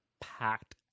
packed